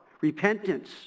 Repentance